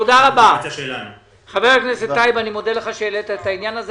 חבר הכנסת טייב, תודה שהעלית את העניין.